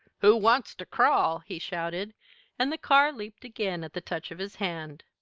who wants ter crawl? he shouted and the car leaped again at the touch of his hand.